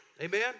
Amen